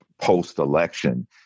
post-election